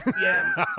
Yes